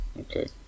Okay